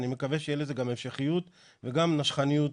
אני מקווה שתהיה לזה המשכיות וגם נשכניות,